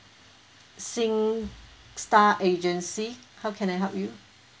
sing star agency how can I help you